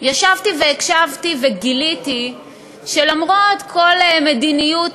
ישבתי והקשבתי וגיליתי שלמרות כל מדיניות